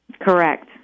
Correct